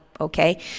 Okay